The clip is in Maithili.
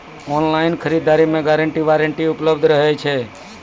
ऑनलाइन खरीद दरी मे गारंटी वारंटी उपलब्ध रहे छै?